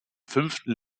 fünften